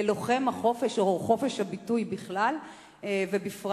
ללוחם החופש או חופש הביטוי בכלל ובפרט.